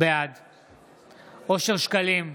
בעד אושר שקלים,